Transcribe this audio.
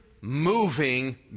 moving